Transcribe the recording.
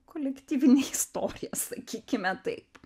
kolektyvinę istoriją sakykime taip